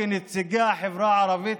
כנציגי החברה הערבית,